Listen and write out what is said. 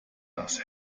das